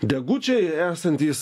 degučiai esantys